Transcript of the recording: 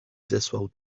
zesłał